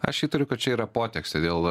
aš įtariu kad čia yra potekstė dėl